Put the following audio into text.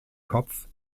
kopf